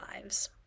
lives